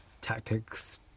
tactics